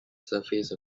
surface